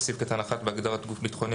בסעיף קטן (1) בהגדרת "גוף ביטחוני",